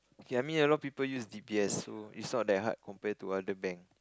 okay I mean a lot of people use d_b_s so it's not that hard compared to other bank